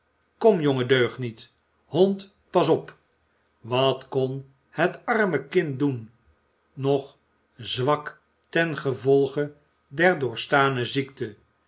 jonge deugniet hond pas op wat kon het arme kind doen nog zwak ten gevolge der doorgestane ziekte